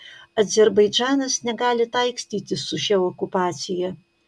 azerbaidžanas negali taikstytis su šia okupacija